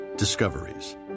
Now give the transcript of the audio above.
Discoveries